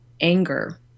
anger